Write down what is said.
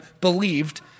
believed